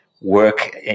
work